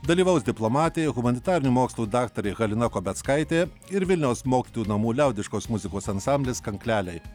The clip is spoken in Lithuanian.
dalyvaus diplomatė humanitarinių mokslų daktarė halina kobeckaitė ir vilniaus mokytojų namų liaudiškos muzikos ansamblis kankleliai